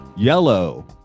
yellow